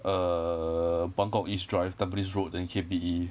err buangkok east drive tampines road then K_P_E